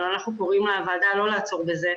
אבל אנחנו קוראי לוועדה לא לעצור בזה.